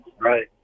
Right